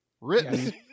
written